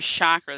chakras